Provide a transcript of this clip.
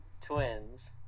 twins